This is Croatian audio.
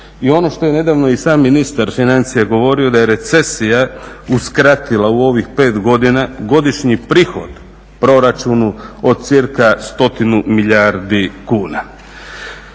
I ono što je nedavno i sam ministar financija govorio da je recesija uskratila u ovih 5 godina godišnji prihod proračunu od cca 100 milijardi kuna.